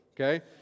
okay